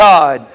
God